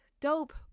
Dope